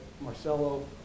Marcelo